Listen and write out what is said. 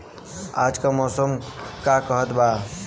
आज क मौसम का कहत बा?